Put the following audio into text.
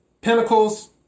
Pentacles